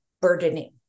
burdening